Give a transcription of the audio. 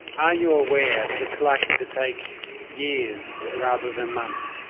are you aware that it's likely to take years rather than months?